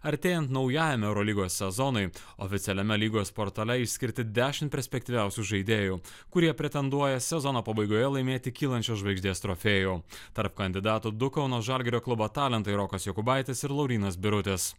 artėjant naujajam eurolygos sezonui oficialiame lygos portale išskirti dešim perspektyviausių žaidėjų kurie pretenduoja sezono pabaigoje laimėti kylančios žvaigždės trofėjų tarp kandidatų du kauno žalgirio klubo talentai rokas jokubaitis ir laurynas birutis